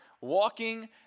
walking